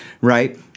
right